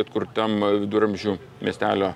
atkurtam viduramžių miestelio